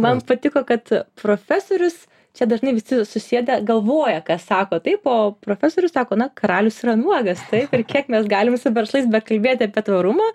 man patiko kad profesorius čia dažnai visi susėdę galvoja ką sako taip o profesorius sako na karalius yra nuogas taip ir kiek mes galim su verslais bekalbėti apie tvarumą